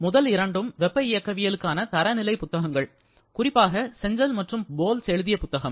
முதல் இரண்டும் வெப்ப இயக்கவியல் காண தரநிலை புத்தகங்கள் குறிப்பாக சென்ஜெல் மற்றும் போல்ஸ் எழுதிய புத்தகம்